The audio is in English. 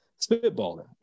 spitballing